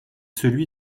celui